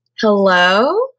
hello